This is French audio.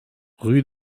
rue